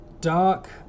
dark